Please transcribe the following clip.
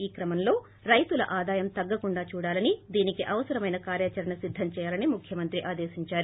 ఈ క్రమంలో రైతుల ఆదాయం తగ్గకుండా చూడాలని దీనికి అవసరమైన కార్యాచరణ సిద్గం చేయాలని ముఖ్యమంత్రి ఆదేశించారు